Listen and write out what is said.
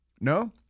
No